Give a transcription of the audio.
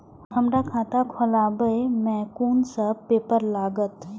हमरा खाता खोलाबई में कुन सब पेपर लागत?